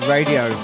Radio